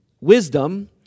wisdom